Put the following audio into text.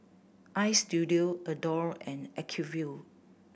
Istudio Adore and Acuvue